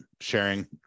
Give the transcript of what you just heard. sharing